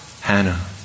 Hannah